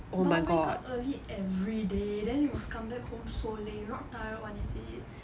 but you wake up early every day then must come back home so late you not tired one is it